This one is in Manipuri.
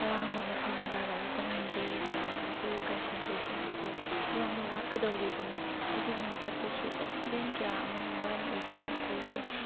ꯑꯔꯥꯡꯕ ꯃꯐꯝꯗ ꯂꯥꯏꯔꯤꯛ ꯇꯝꯅꯤꯡꯗꯦ ꯃꯔꯝꯗꯤ ꯃꯈꯣꯏꯒꯤ ꯀꯟꯁꯦꯟꯇ꯭ꯔꯦꯁꯟ ꯑꯁꯦ ꯌꯥꯝꯅ ꯋꯥꯠꯀꯗꯧꯔꯤꯕꯅꯤ ꯑꯗꯨꯒꯤ ꯃꯊꯛꯇꯁꯨ ꯑꯦꯛꯁꯤꯗꯦꯟ ꯀꯌꯥ ꯑꯃꯅ ꯃꯔꯝ ꯑꯣꯏꯗꯨꯅ ꯃꯈꯣꯏꯁꯦ